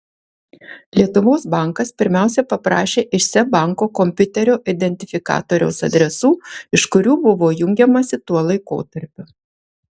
lietuvos bankas pirmiausia paprašė iš seb banko kompiuterio identifikatoriaus adresų iš kurių buvo jungiamasi tuo laikotarpiu